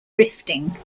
rifting